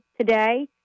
today